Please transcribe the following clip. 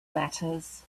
matters